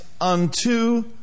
unto